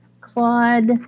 Claude